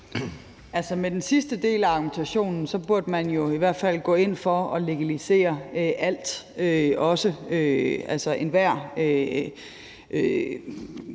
Altså, ifølge den sidste del af argumentationen burde man jo i hvert fald gå ind for at legalisere alt, også enhver